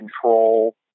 control